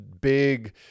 big